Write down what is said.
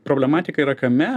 problematika yra kame